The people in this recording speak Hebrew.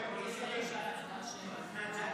יש בקשה להצבעה שמית.